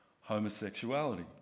homosexuality